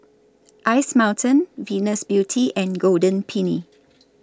Ice Mountain Venus Beauty and Golden Peony